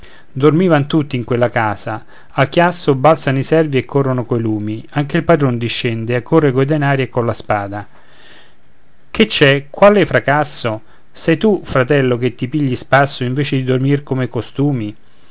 dormivan tutti in quella casa al chiasso balzano i servi e corrono coi lumi anche il padron discende e accorre coi denari e colla spada che c'è quale fracasso sei tu fratello che ti pigli spasso invece di dormir come costumi